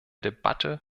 debatte